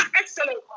excellent